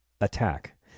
attack